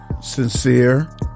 Sincere